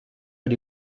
per